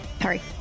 sorry